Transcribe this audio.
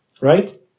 right